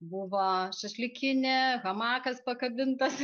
buvo šašlykinė hamakas pakabintas